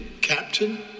captain